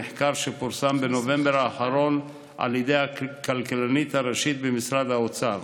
מחקר שפורסם בנובמבר האחרון על ידי הכלכלנית הראשית במשרד האוצר.